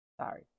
Sorry